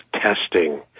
testing